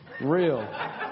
real